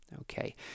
Okay